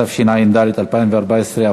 התשע"ד 2014,